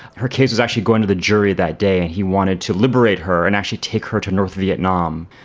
her case was actually going to the jury that day and he wanted to liberate her and actually take her to north vietnam.